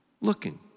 looking